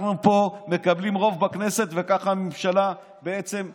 אנחנו פה מקבלים רוב בכנסת, וכך הממשלה בעצם קמה.